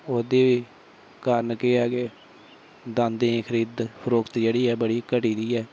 ओह्दा कारण केह् ऐ कि दांदे दी खरीद फरोख जेह्ड़ी ऐ बड़ी घट्ट होई दी